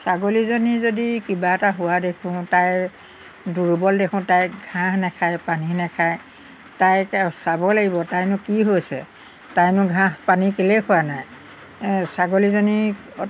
ছাগলীজনী যদি কিবা এটা হোৱা দেখোঁ তাই দুৰ্বল দেখোঁ তাইক ঘাঁহ নাখায় পানী নাখায় তাইক চাব লাগিব তাইনো কি হৈছে তাইনো ঘাঁহ পানী কেলৈ খোৱা নাই ছাগলীজনীক